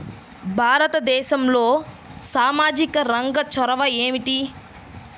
భారతదేశంలో సామాజిక రంగ చొరవ ఏమిటి?